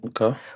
okay